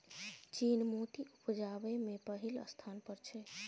चीन मोती उपजाबै मे पहिल स्थान पर छै